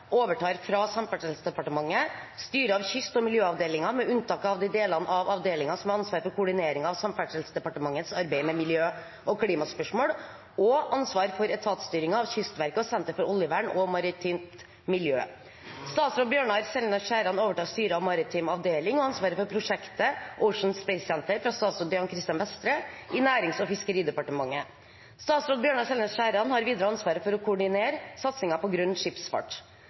overtar fra Samferdselsdepartementet: styret av Kyst- og miljøavdelingen med unntak av de delene av avdelingen som har ansvaret for koordineringen av Samferdselsdepartementets arbeid med miljø- og klimaspørsmål, og ansvaret for etatsstyringen av Kystverket og Senter for oljevern og marint miljø. Statsråd Bjørnar Selnes Skjæran overtar styret av Maritim avdeling og ansvaret for prosjektet Ocean Space Centre fra statsråd Jan Christian Vestre i Nærings- og fiskeridepartementet. Statsråd Bjørnar Selnes Skjæran har videre ansvaret for å koordinere satsingen på grønn skipsfart.